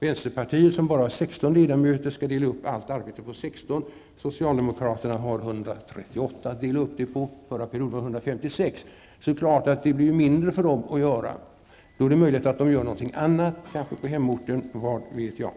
Vänsterpartiet har bara 16 ledamöter och skall dela upp allt arbete på dessa 16. Socialdemokraterna har 138 ledamöter att dela upp arbetet på, mot 156 under förra perioden, och det är klart att det blir mindre att göra för dem. Det är möjligt att de då gör någoting annat, kanske på hemorten -- vad vet jag?